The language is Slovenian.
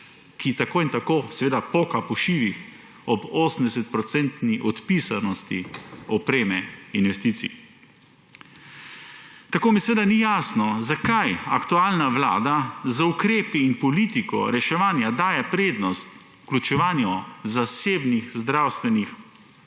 ki tako in tako seveda poka po šivih, ob 80-procentni odpisanosti opreme, investicij. Tako mi seveda ni jasno, zakaj aktualna vlada z ukrepi in politiko reševanja daje prednost vključevanju zasebnih zdravstvenih